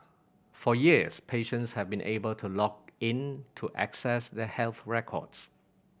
for years patients have been able to log in to access their health records